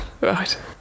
Right